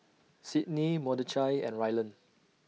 Sydney Mordechai and Rylan